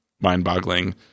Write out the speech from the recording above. mind-boggling